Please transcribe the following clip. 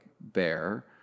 bear